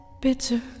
bitter